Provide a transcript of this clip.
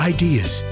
ideas